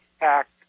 Act